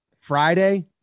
Friday